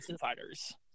fighters